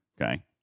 Okay